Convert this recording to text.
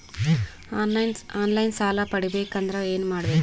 On line ಸಾಲ ಪಡಿಬೇಕಂದರ ಏನಮಾಡಬೇಕು?